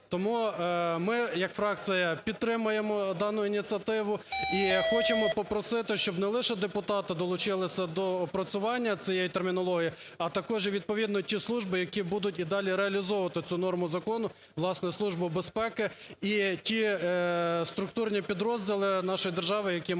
Тому ми як фракція підтримуємо дану ініціативу і хочемо попросити, щоб не лише депутати долучилися до опрацювання цієї термінології, а також і відповідно і ті служби, які будуть і далі реалізовувати цю норму закону, власне, Служба безпеки і ті структурні підрозділи нашої держави, які мають